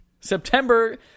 September